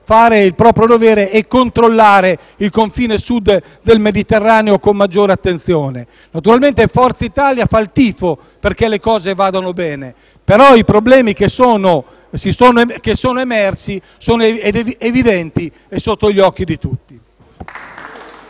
fare il proprio dovere e controllare il confine Sud del Mediterraneo con maggiore attenzione. Naturalmente, Forza Italia fa il tifo perché le cose vadano bene, però i problemi emersi sono evidenti e sotto gli occhi di tutti.